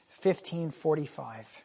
15.45